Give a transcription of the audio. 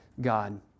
God